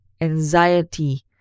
anxiety